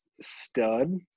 stud